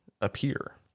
appear